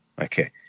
Okay